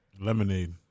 Lemonade